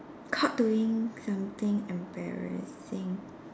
caught doing something embarrassing